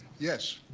yes.